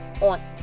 on